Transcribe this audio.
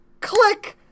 click